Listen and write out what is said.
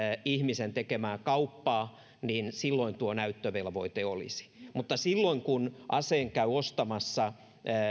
ihmisen tekemää kauppaa niin silloin tuo näyttövelvoite olisi mutta silloin kun aseen käy ostamassa